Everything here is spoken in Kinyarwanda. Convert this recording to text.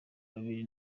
bibiri